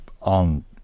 on